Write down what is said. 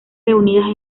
reunidas